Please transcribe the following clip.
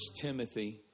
Timothy